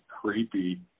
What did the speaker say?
creepy